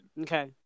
Okay